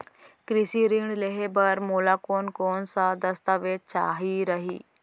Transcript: कृषि ऋण लेहे बर मोला कोन कोन स दस्तावेज चाही रही?